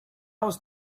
was